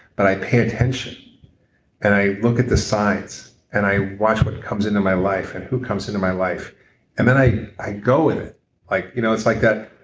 but i pay attention and i look at the signs and i watch what comes into my life and who comes into my life and then i i go with it like you know it's like that.